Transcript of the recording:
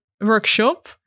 workshop